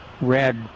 red